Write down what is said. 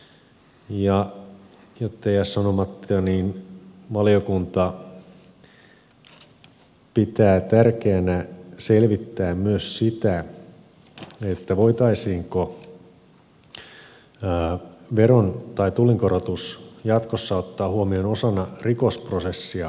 ja jotta ei jää sanomatta niin valiokunta pitää tärkeänä selvittää myös sitä voitaisiinko veron tai tullinkorotus jatkossa ottaa huomioon osana rikosprosessissa määrättävää rangaistusta